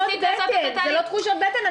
זה לא תחושות בטן,